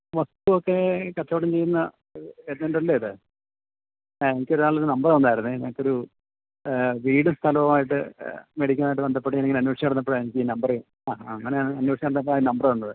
വസ്തു ഒക്കെ കച്ചവടം ചെയ്യുന്ന ഏജന്റല്ലേ ഇത് ആ എനിക്കൊരാളൊരു നമ്പര് തന്നായിരുന്നേ എനിക്കൊരു വീടും സ്ഥലവുമായിട്ട് മേടിക്കാനായിട്ട് ബന്ധപ്പെട്ട് ഞാനിങ്ങനെ അന്വേഷിച്ചു നടന്നപ്പോഴാണ് എനിക്കി നമ്പര് ആ ഹാ അങ്ങനെയാണ് അന്വേഷിച്ചു നടന്നപ്പോഴാണ് ഈ നമ്പര് തന്നത്